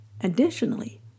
Additionally